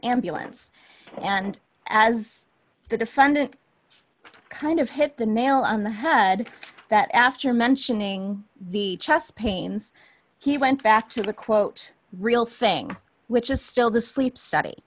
ambulance and as the defendant kind of hit the nail on the head that after mentioning the chest pains he went back to the quote real thing which is still the sleep study